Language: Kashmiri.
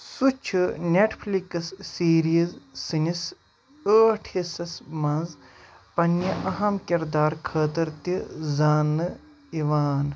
سُہ چھِ نیٚٹفِلکس سیٖریٖز سٔنِس ٲٹھ ہسَس منٛز پنٛنہِ اہم کِرداد خٲطرٕ تہِ زانٛنہٕ یِوان